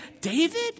David